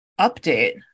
update